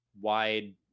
wide